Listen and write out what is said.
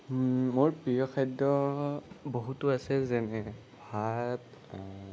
মোৰ প্ৰিয় খাদ্য বহুতো আছে যেনে ভাত